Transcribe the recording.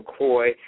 McCoy